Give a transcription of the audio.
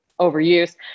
overuse